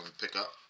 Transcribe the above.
pickup